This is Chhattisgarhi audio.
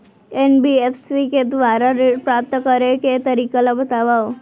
एन.बी.एफ.सी के दुवारा ऋण प्राप्त करे के तरीका ल बतावव?